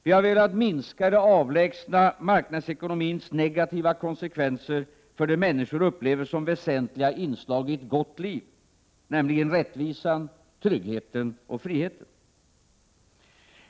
Vi har velat minska eller avlägsnå marknadsekonomins negativa konsekvenser för det som människor uppleve som väsentliga inslag i ett gott liv, nämligen rättvisan, tryggheten och friheten.